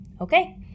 okay